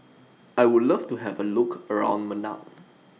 I Would Love to Have A Look around Managua